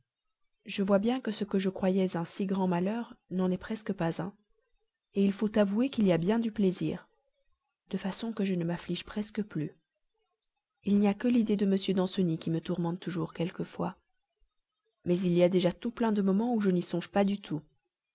je vois bien que ce que je croyais un si grand malheur n'en est presque pas un il faut avouer qu'il y a bien du plaisir de façon que je ne m'afflige presque plus il n'y a que l'idée de danceny qui me tourmente toujours quelquefois mais il y a déjà tout plein de moments où je n'y songe pas du tout